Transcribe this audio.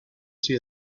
see